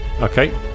Okay